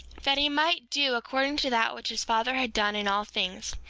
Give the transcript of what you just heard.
that he might do according to that which his father had done in all things.